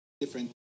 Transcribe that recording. different